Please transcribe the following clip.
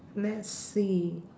let's see